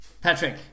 Patrick